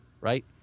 right